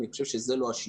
אני חושב שזה לא השיקול.